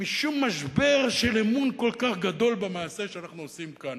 משום משבר של אמון כל כך גדול במעשה שאנחנו עושים כאן.